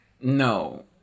No